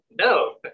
No